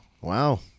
Wow